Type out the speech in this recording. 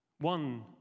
one